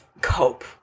cope